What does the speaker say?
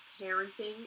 parenting